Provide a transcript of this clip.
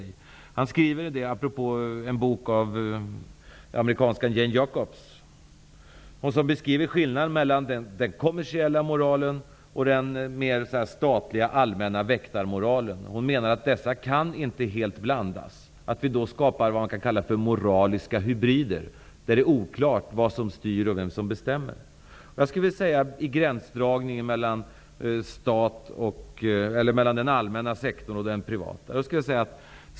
Han har skrivit detta med tanke på en bok av amerikanskan Jane Jacobs. Hon beskriver skillnaden mellan den kommersiella moralen och den mer statliga allmänna väktarmoralen. Hon menar att dessa inte kan blandas helt. Vi skapar de s.k. moraliska hybriderna där det är oklart vad som styr och vem som bestämmer. Det gäller gränsdragningen mellan den allmänna sektorn och den privata.